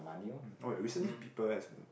oh ya recently people has been